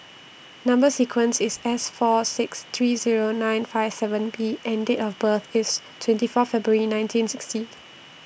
Number sequence IS S four six three Zero nine five seven B and Date of birth IS twenty four February nineteen sixty